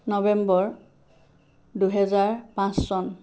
নৱেম্বৰ দুহেজাৰ পাঁচ চন